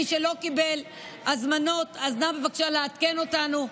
מי שלא קיבל הזמנות, אז בבקשה לעדכן אותנו.